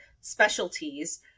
specialties